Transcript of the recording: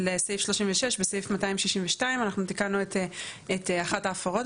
סעיף 36, בסעיף 262 אנחנו תיקנו את אחת ההפרות.